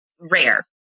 rare